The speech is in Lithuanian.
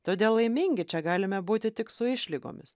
todėl laimingi čia galime būti tik su išlygomis